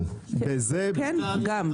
כן, גם.